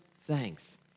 thanks